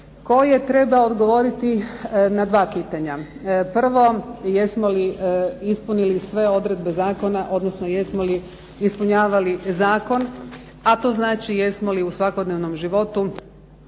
koje treba odgovoriti na dva pitanja. Prvo jesmo li ispunili sve odredbe zakona, odnosno jesmo li ispunjavali zakon. A to znači jesmo li u svakodnevnom životu